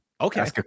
okay